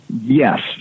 Yes